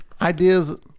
ideas